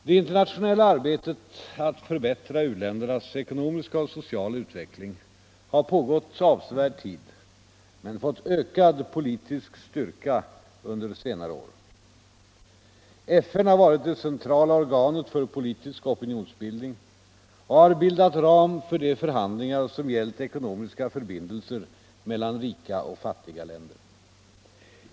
Det internationella arbetet att förbättra u-ländernas ekonomiska och sociala utveckling har pågått avsevärd tid men fått ökad politisk styrka under senare år. FN har varit det centrala organet för politisk opinionsbildning och har bildat ram för de förhandlingar som gällt ekonomiska förbindelser mellan rika och fattiga länder.